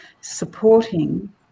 supporting